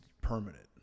permanent